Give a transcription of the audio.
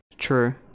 True